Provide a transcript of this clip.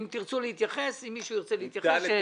אם מישהו ירצה להתייחס שיירשם.